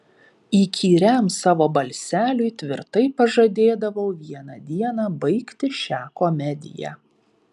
įkyriam savo balseliui tvirtai pažadėdavau vieną dieną baigti šią komediją